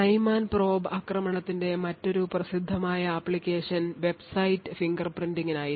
prime and probe ആക്രമണത്തിന്റെ മറ്റൊരു പ്രസിദ്ധമായ ആപ്ലിക്കേഷൻ വെബ്സൈറ്റ് ഫിംഗർപ്രിന്റിംഗിനായിരുന്നു